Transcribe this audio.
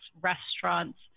restaurants